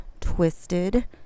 twisted